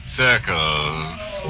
circles